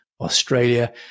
Australia